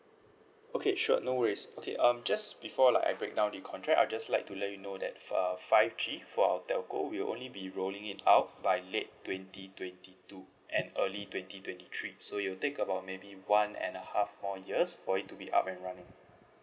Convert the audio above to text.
okay sure no worries okay um just before like I break down the contract I just like to let you know that uh five G for our telco will only be rolling it out by late twenty twenty two and early twenty twenty three so it will take about maybe one and a half more years for it to be up and running